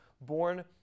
born